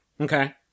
Okay